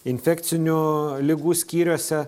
infekcinių ligų skyriuose